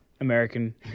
American